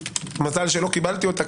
מזל שלא קיבלתי אותה,